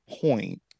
point